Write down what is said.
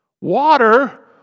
water